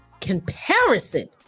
comparison